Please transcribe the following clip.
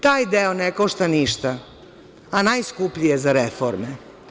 Taj deo ne košta ništa, a najskuplji je za reforme.